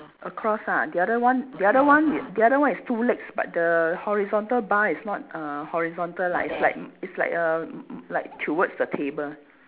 across ah the other one the other one y~ the other one is two legs but the horizontal bar is not uh horizontal lah it's like m~ it's like err m~ m~ like towards the table